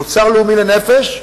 תוצר לאומי לנפש,